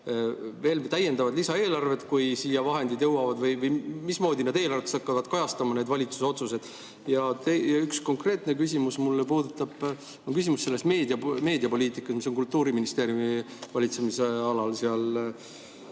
veel täiendavad lisaeelarved, kui siia vahendid jõuavad, või mismoodi eelarves hakkavad kajastuma need valitsuse otsused? Üks konkreetne küsimus puudutab aga meediapoliitikat, mis on Kultuuriministeeriumi valitsemisalas.